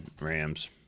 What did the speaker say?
Rams